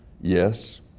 Yes